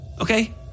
okay